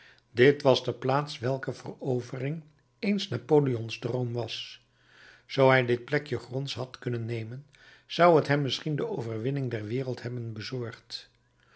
dit was de plaats welker verovering eens napoleon's droom was zoo hij dit plekje gronds had kunnen nemen zou t hem misschien de overwinning der wereld hebben bezorgd